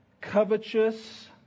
covetous